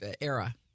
era